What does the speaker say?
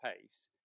pace